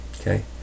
Okay